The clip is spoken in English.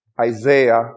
Isaiah